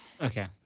okay